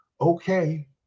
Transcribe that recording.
okay